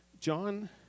John